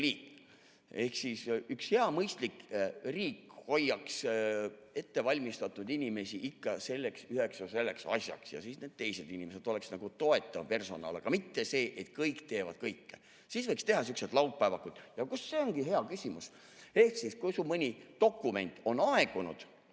Ehk üks hea ja mõistlik riik hoiaks ettevalmistatud inimesi ikka selleks üheks asjaks ja siis need teised inimesed oleksid toetav personal, aga mitte nii, et kõik teevad kõike. Siis võiks teha sihukesi laupäevakuid. See ongi hea küsimus, et kui su mõni dokument on aegunud,